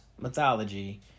mythology